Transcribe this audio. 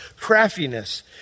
craftiness